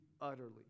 utterly